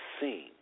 seen